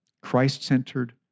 Christ-centered